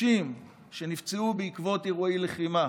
שאנשים שנפצעו בעקבות אירועי לחימה,